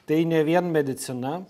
tai ne vien medicina